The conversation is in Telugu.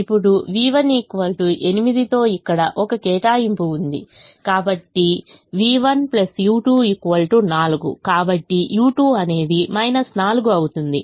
ఇప్పుడు v1 8 తో ఇక్కడ ఒక కేటాయింపు ఉంది కాబట్టి v1 u2 4 కాబట్టి u2 అనేది 4 అవుతుంది